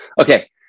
Okay